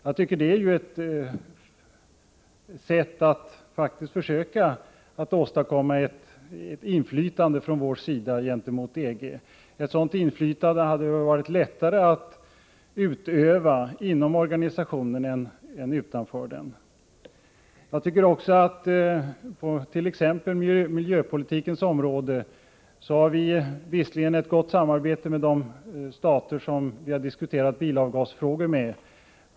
Jag tycker att det är ett sätt att försöka åstadkomma ett inflytande från vår sida gentemot EG. Ett sådant inflytande hade väl varit lättare att utöva inom organisationen än utanför Nr 162 den; Ke SE SE Onsdagen den På t.ex. miljöpolitikens område har vi visserligen ett gott samarbete med 5 juni 1985 de stater som vi har diskuterat bilavgasfrågor med.